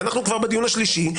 ואנחנו כבר בדיון השלישי.